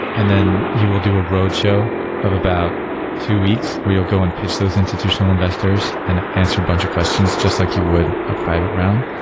and then you will do a road show of about two weeks where you'll go and pitch those institutional investors and answer a bunch of questions just like you would a private round.